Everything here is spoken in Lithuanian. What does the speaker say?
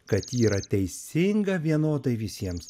kad ji yra teisinga vienodai visiems